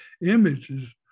images